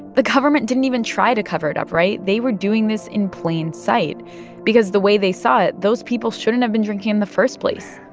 the government didn't even try to cover it up, right? they were doing this in plain sight because the way they saw it, those people shouldn't have been drinking in the first place